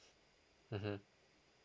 mmhmm